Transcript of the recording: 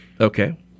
Okay